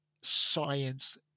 science